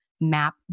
map